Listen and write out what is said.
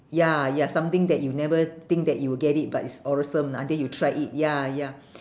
ya ya something that you never think that you will get it but it's awesome until you tried it ya ya